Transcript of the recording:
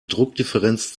druckdifferenz